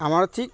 আমাৰ ঠিক